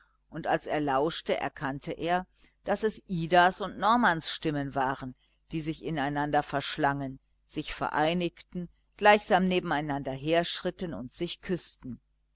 und als er lauschte erkannte er daß es idas und normans stimmen waren die sich ineinander verschlangen sich vereinigten gleichsam nebeneinander herschritten und sich küßten